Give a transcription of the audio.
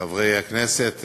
חברי הכנסת,